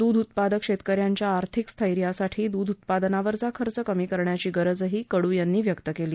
दूध उत्पादक शेतकऱ्यांच्या आर्थिक स्थैर्यासाठी दृध उत्पादनावरचा खर्च कमी करण्याची गरजही कडू यांनी व्यक्त केली